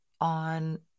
on